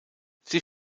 sie